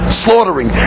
slaughtering